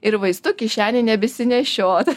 ir vaistų kišenėj nebesinešiot